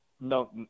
No